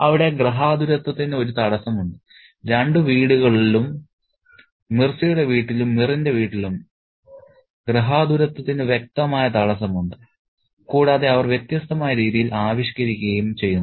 അവിടെ ഗൃഹാതുരത്വത്തിന് ഒരു തടസ്സമുണ്ട് രണ്ട് വീടുകളിലും മിർസയുടെ വീട്ടിലും മിറിന്റെ വീട്ടിലും ഗൃഹാതുരത്വത്തിന് വ്യക്തമായ തടസ്സമുണ്ട് കൂടാതെ അവർ വ്യത്യസ്തമായ രീതിയിൽ ആവിഷ്കരിക്കുകയും ചെയ്യുന്നു